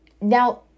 Now